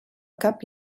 cap